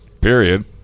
Period